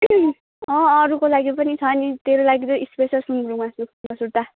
अँ अरूको लागि पनि छ नि तेरो लागि त स्पेसल सुँगुरको मासु नसुर्ता